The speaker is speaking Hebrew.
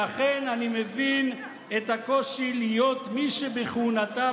שאכן אני מבין את הקושי להיות מי שבכהונתה,